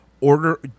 order